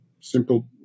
simple